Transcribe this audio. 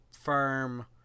firm